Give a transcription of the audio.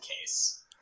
case